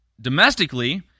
domestically